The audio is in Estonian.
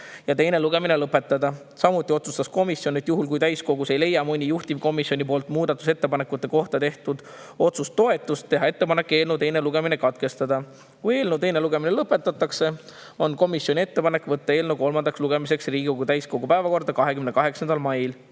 ja teine lugemine lõpetada. Samuti otsustas komisjon, et juhul kui täiskogus ei leia mõni juhtivkomisjoni muudatusettepanekute kohta tehtud otsus toetust, teha ettepanek eelnõu teine lugemine katkestada. Kui eelnõu teine lugemine lõpetatakse, on komisjoni ettepanek võtta eelnõu kolmandaks lugemiseks Riigikogu täiskogu päevakorda 28. mail